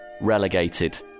relegated